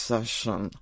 Session